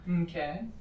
Okay